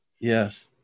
yes